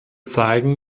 zeigen